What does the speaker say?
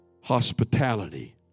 hospitality